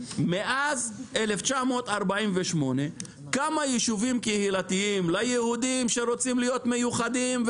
מאז 1948 כמה ישובים קהילתיים ליהודים שרוצים להיות מיוחדים,